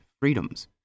freedoms